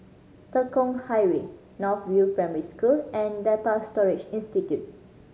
Tekong Highway North View Primary School and Data Storage Institute